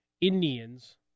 Indians